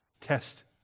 Test